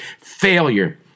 failure